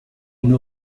une